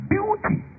Beauty